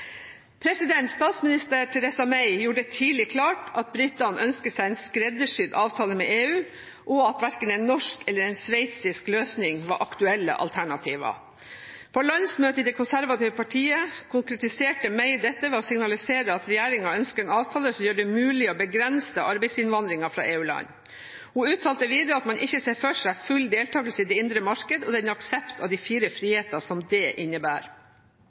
Statsminister Theresa May gjorde det tidlig klart at britene ønsker seg en skreddersydd avtale med EU, og at verken en norsk eller en sveitsisk løsning var aktuelle alternativer. På landsmøtet i det konservative partiet konkretiserte May dette ved å signalisere at regjeringen ønsker en avtale som gjør det mulig å begrense arbeidsinnvandringen fra EU-land. Hun uttalte videre at man ikke ser for seg full deltakelse i det indre marked og den aksept av de fire friheter som det innebærer.